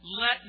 let